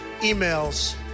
emails